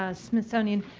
ah smithsonian.